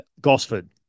Gosford